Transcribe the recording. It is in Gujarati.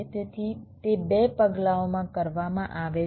તેથી તે 2 પગલાંઓમાં કરવામાં આવે છે